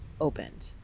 opened